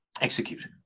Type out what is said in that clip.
execute